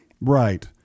Right